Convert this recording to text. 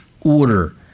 order